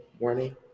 morning